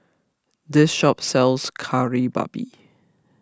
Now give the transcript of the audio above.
this shop sells Kari Babi